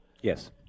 Yes